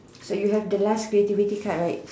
so you have the last day to rectified right